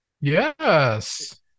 Yes